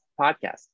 podcast